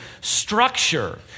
structure